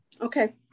Okay